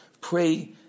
Pray